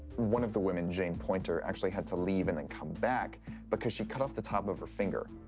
one of the women, jane poynter, actually had to leave and then come back because she cut off the top of her finger.